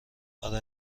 آره